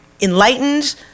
enlightened